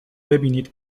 ببینید